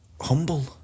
humble